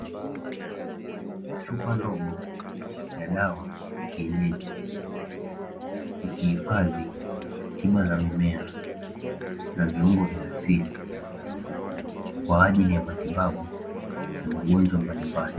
Chupa ndogo ya dawa ya kienyeji ikihifadhi tiba za mimea na viungo vya asili, kwa ajili ya matibabu ya magonjwa mbalimbali.